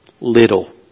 Little